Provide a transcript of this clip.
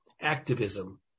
activism